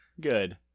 Good